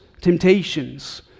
temptations